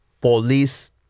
police